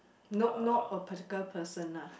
no no a particular person ah